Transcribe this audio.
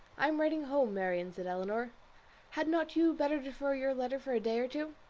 i am writing home, marianne, said elinor had not you better defer your letter for a day or two?